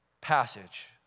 passage